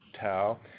tau